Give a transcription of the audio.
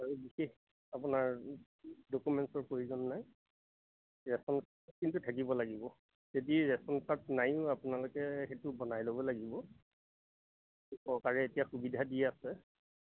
বিশেষ আপোনাৰ ডকুমেণ্টছৰ প্ৰয়োজন নাই ৰেচন কাৰ্ড কিন্তু থাকিব লাগিব যদি ৰেচন কাৰ্ড নাইও আপোনালোকে সেইটো বনাই ল'ব লাগিব চৰকাৰে এতিয়া সুবিধা দি আছে